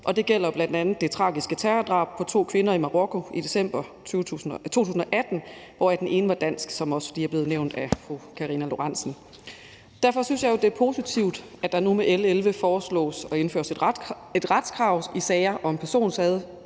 og det gælder bl.a. det tragiske terrordrab på to kvinder i Marokko i december 2018, hvoraf den ene var dansk, hvilket også lige er blevet nævnt af fru Karina Lorentzen Dehnhardt. Derfor synes jeg jo, det er positivt, at der nu med L 11 foreslås at indføre et retskrav i sager om personskade